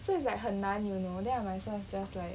so it's like 很难 you know then I might as well just right